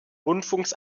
rundfunks